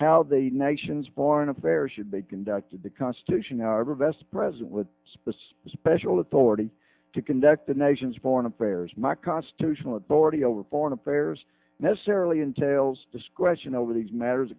how the nation's foreign affairs should be conducted the constitution however best present with space special authority to conduct the nation's foreign affairs my constitutional authority over foreign affairs necessarily entails discretion over these matters